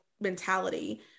mentality